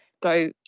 go